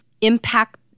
impact